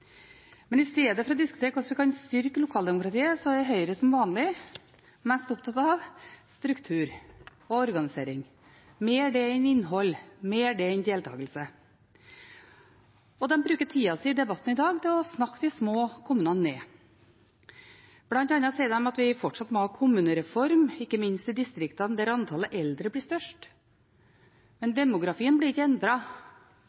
Men i stedet for å diskutere hvordan vi kan styrke lokaldemokratiet, er Høyre som vanlig mest opptatt av struktur og organisering – mer det enn innhold, mer det enn deltakelse. De bruker tida si i debatten i dag til å snakke de små kommunene ned. Blant annet sier de at vi fortsatt må ha kommunereform, ikke minst i distriktene, der antallet eldre blir størst. Men